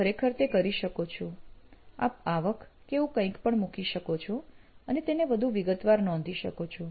આપ ખરેખર તે કરી શકો છો આપ આવક કે એવું કંઈક પણ મૂકી શકો છો અને તેને વધુ વિગતવાર નોંધી શકો છો